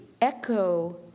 echo